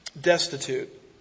destitute